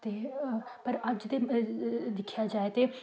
ते पर अज्ज ते दिक्खेआ जाए ते